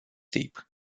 deep